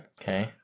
okay